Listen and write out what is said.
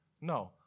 No